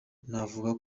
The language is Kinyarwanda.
navuga